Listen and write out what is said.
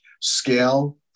scale